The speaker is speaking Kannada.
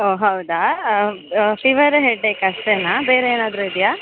ಓಹ್ ಹೌದಾ ಫಿವರ ಹೆಡ್ಡೇಕ್ ಅಷ್ಟೇನಾ ಬೇರೆ ಏನಾದರೂ ಇದೆಯಾ